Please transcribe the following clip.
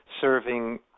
serving